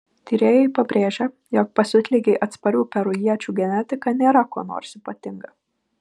tyrėjai pabrėžia jog pasiutligei atsparių perujiečių genetika nėra kuo nors ypatinga